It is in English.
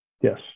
Yes